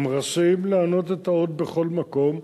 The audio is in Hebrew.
הם רשאים לענוד את האות בכל מקום.